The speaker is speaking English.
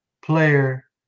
player